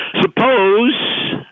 Suppose